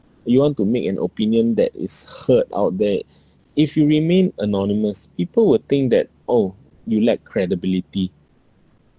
you want to make an opinion that is heard out there if you remain anonymous people will think that oh you lack credibility